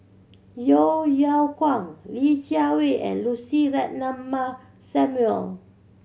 Yeo Yeow Kwang Li Jiawei and Lucy Ratnammah Samuel